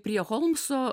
prie holmso